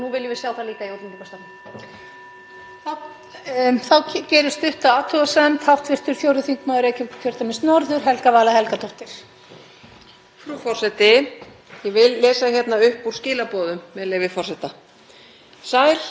Frú forseti. Ég vil lesa upp úr skilaboðum, með leyfi forseta: Sæl. Vinkona mín hefur sótt um dvalarleyfi á Íslandi en nú er henni sagt að mál hennar sé týnt hjá Útlendingastofnun. Hvað ráðleggur þú henni að gera?